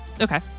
okay